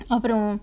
அப்பறம்:apparam